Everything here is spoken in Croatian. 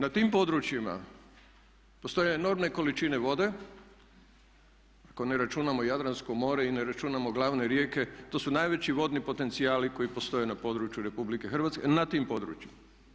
Na tim područjima postoje enormne količine vode ako ne računamo Jadransko more i ne računamo glavne rijeke to su najveći vodni potencijali koji postoje na području Republike Hrvatske, na tim područjima.